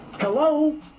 Hello